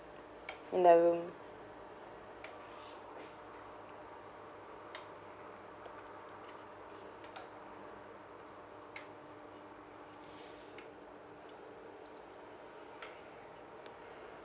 in the room